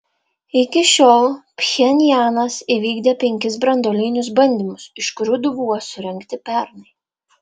iki šiol pchenjanas įvykdė penkis branduolinius bandymus iš kurių du buvo surengti pernai